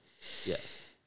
Yes